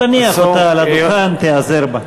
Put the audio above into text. תניח אותה על הדוכן, תיעזר בה.